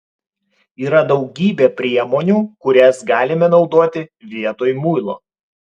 yra daugybė priemonių kurias galime naudoti vietoj muilo